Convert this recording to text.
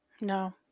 No